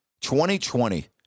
2020